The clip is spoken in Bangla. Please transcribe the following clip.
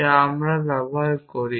যা আমরা ব্যবহার করি